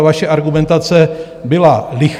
Vaše argumentace byla lichá.